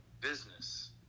business